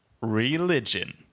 religion